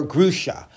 Grusha